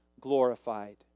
glorified